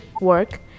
work